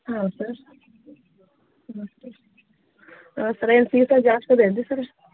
ಹಾಂ ಸರ್ ಹಾಂ ಸರ ಏನು ಫೀಸ ಏನು ಜಾಸ್ತಿ ಇದೇನ್ರೀ ಸರ